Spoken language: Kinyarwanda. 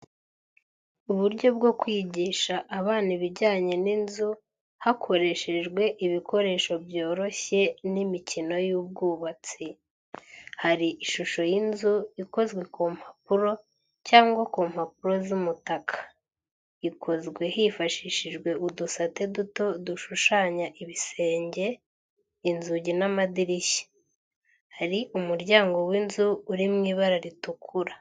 Uburyo bwo kwigisha abana ibijyanye n'inzu hakoreshejwe ibikoresho byoroshye n’imikino y’ubwubatsi. Hari ishusho y’inzu ikozwe ku mpapuro cyangwa ku mpapuro z’umutaka. ikozwe hifashishijwe udusate duto dushushanya ibisenge, inzugi n’amadirishya. hari umuryango w’inzu uri mu ibara ritukura.